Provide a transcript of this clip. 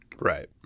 Right